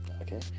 Okay